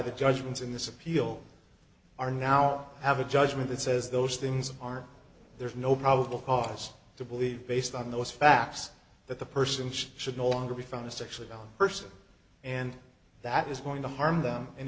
the judgments in this appeal are now have a judgment that says those things are there's no probable cause to believe based on those facts that the person should no longer be found it's actually a person and that is going to harm them and